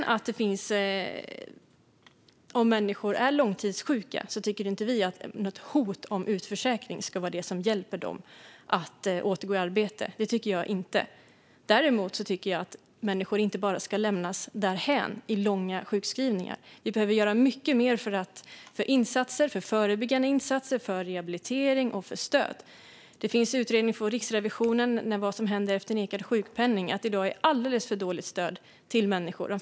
Om människor är långtidssjuka tycker jag inte att hot om utförsäkring är det som hjälper dem att återgå i arbete. Däremot tycker jag att människor inte bara ska lämnas därhän i långa sjukskrivningar. Vi behöver göra mycket mer när det gäller förebyggande insatser, rehabilitering och stöd. Det finns en utredning från Riksrevisionen om vad som händer efter nekad sjukpenning, och det är alldeles för dåligt stöd till människor i dag.